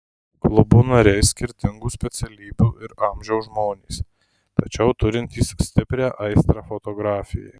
klubo nariai skirtingų specialybių ir amžiaus žmonės tačiau turintys stiprią aistrą fotografijai